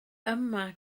yma